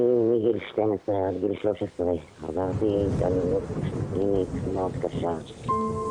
הסרטונים האלה תמיד מאוד קשים,